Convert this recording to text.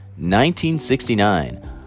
1969